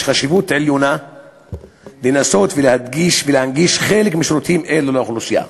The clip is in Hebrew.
יש חשיבות עליונה לנסות ולהנגיש חלק משירותים אלו לאוכלוסייה.